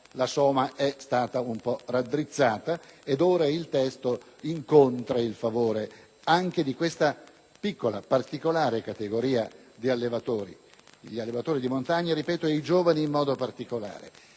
la soma è stata un po' raddrizzata; ora il testo incontra il favore anche di questa piccola categoria di allevatori. Gli allevatori di montagna e i giovani, in modo particolare,